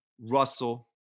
Russell